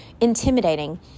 intimidating